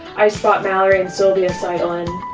i spot mallory and sylvia sidle in.